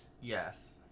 Yes